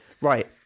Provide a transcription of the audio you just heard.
Right